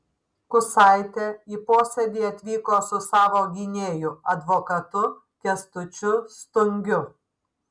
kusaitė į posėdį atvyko su savo gynėju advokatu kęstučiu stungiu